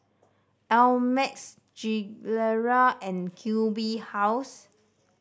Ameltz Gilera and Q B House